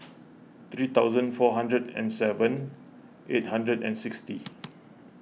three thousand four hundred and seven eight hundred and sixty